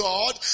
God